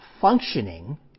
functioning